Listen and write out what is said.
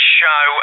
show